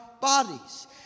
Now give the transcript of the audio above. bodies